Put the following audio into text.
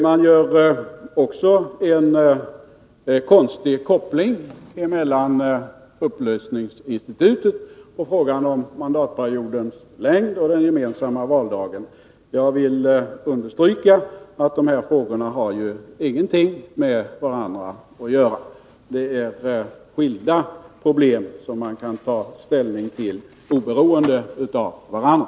Han gör också en konstig koppling emellan frågan om upplösningsinstitutet och frågan om mandatperiodens längd och den gemensamma valdagen. Jag vill understryka att dessa frågor ju inte har någonting med varandra att göra. Det är skilda problem, som man kan ta ställning till oberoende av varandra.